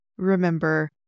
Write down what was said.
remember